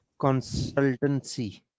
Consultancy